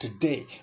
today